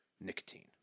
nicotine